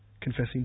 Confessing